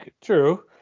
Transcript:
true